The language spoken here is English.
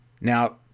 Now